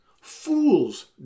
Fools